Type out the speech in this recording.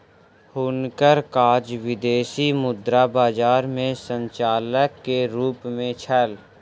हुनकर काज विदेशी मुद्रा बजार में संचालक के रूप में छल